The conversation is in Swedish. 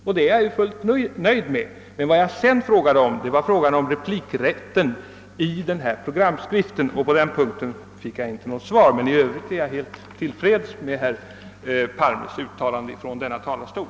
Och detta är jag fullt nöjd med. Men vad jag sedan frågade om gällde replikrätten i denna programskrift, och därvidlag fick jag inget svar. Men i övrigt är jag som sagt helt till freds med herr Palmes uttalande från denna talarstol.